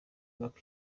bwako